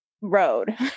road